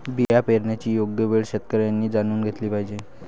बिया पेरण्याची योग्य वेळ शेतकऱ्यांनी जाणून घेतली पाहिजे